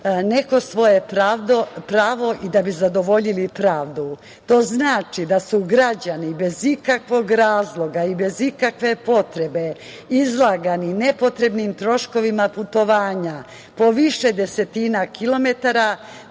neko svoje pravo i da zadovoljili pravdu? To znači da su građani bez ikakvog razloga i bez ikakve potrebe izlagani nepotrebnim troškovima putovanja po više desetina kilometara.